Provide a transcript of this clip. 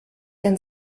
denn